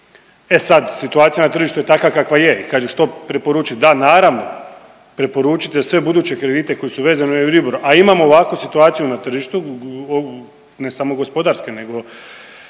E sad situacija na tržištu je takva kakva je i kad ju što preporučit, da naravno, preporučiti za sve buduće kredite koji su vezani uz EURIBOR a imamo ovakvu situaciju na tržištu, ne samo gospodarske nego